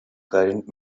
current